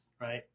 Right